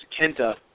Kenta